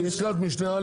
אבל תראה מה כתוב --- הוא